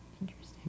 Interesting